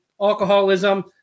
alcoholism